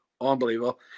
Unbelievable